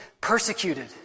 persecuted